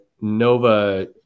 Nova